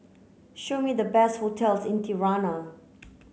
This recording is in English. show me the best hotels in Tirana